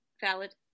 Valid